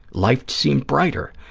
life seemed brighter.